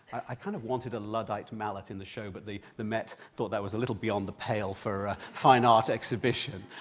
i kind of wanted a luddite mallet in the show but the the met thought that was a little beyond the pale for a fine art exhibition.